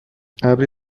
ابری